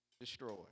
destroyed